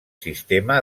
sistema